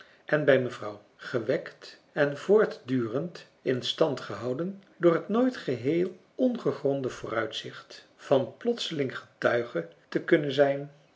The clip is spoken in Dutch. en bij mevrouw gewekt en voortdurend in stand gehouden door het nooit geheel ongegronde vooruitzicht van plotseling getuige te kunnen zijn